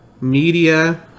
media